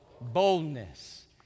boldness